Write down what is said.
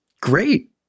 great